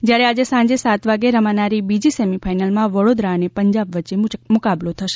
જ્યારે આજે સાંજે સાત વાગે રમાનારી બીજી સેમિફાઈનલમાં વડોદરા અને પંજાબ વચ્ચે મુકાબલો થશે